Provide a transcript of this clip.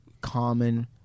common